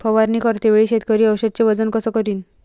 फवारणी करते वेळी शेतकरी औषधचे वजन कस करीन?